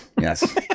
Yes